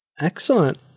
Excellent